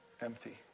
empty